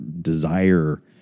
desire